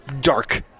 dark